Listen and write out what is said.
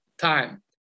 time